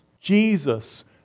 Jesus